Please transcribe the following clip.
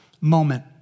moment